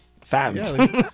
fam